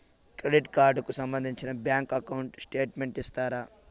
Credit card కు సంబంధించిన bank account statement ఇస్తారా?